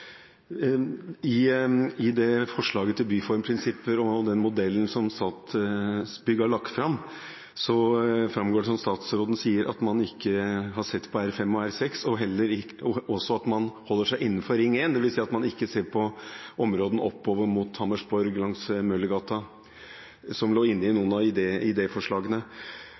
I forslaget til byformprinsipper og den modellen som Statsbygg har lagt fram, framgår det, som statsråden sier, at man ikke har sett på R5 og R6, og at man holder seg innenfor Ring 1, dvs. at man ikke ser på områdene oppover mot Hammersborg, langs Møllergata, som lå i noen av idéforslagene. Statsråden sier det blir moderate byggehøyder i